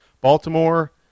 baltimore